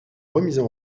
remises